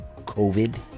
covid